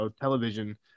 television